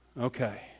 Okay